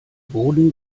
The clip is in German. boden